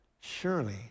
surely